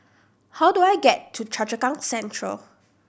how do I get to Choa Chu Kang Central